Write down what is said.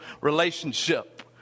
relationship